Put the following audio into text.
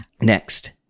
Next